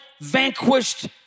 Vanquished